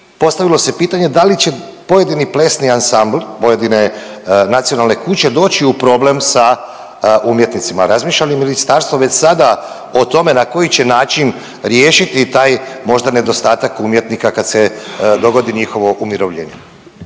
postavilo se pitanje da li će pojedini plesni ansambl, pojedine nacionalne kuće doći u problem sa umjetnicima, razmišlja li ministarstvo već sada o tome na koji će način riješiti taj možda nedostatak umjetnika kad se dogodi njihovo umirovljenje?